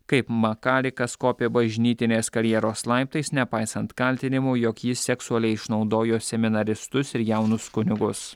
kaip makarikas kopė bažnytinės karjeros laiptais nepaisant kaltinimų jog jis seksualiai išnaudojo seminaristus ir jaunus kunigus